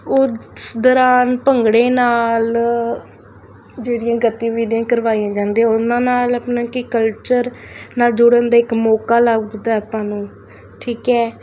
ਉਸ ਦੌਰਾਨ ਭੰਗੜੇ ਨਾਲ ਜਿਹੜੀਆਂ ਗਤੀਵਿਧੀਆਂ ਕਰਵਾਈਆਂ ਜਾਂਦੀਆਂ ਉਹਨਾਂ ਨਾਲ ਆਪਣਾ ਕੀ ਕਲਚਰ ਨਾਲ ਜੁੜਨ ਦਾ ਇੱਕ ਮੌਕਾ ਲੱਭਦਾ ਆਪਾਂ ਨੂੰ ਠੀਕ ਹੈ